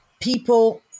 people